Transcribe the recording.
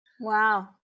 wow